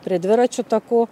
prie dviračių takų